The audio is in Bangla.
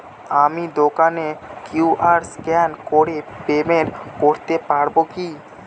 আমি দোকানে কিউ.আর স্ক্যান করে পেমেন্ট করতে পারবো কি?